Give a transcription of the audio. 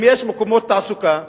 אם יש מקומות תעסוקה,